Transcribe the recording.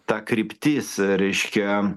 ta kryptis reiškia